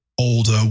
older